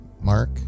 mark